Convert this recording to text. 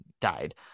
died